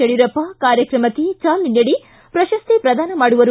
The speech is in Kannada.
ಯಡಿಯೂರಪ್ಪ ಕಾರ್ಯಕ್ರಮಕ್ಕೆ ಚಾಲನೆ ನೀಡಿ ಪ್ರಶಸ್ತಿ ಪ್ರದಾನ ಮಾಡುವರು